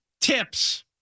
tips